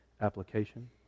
application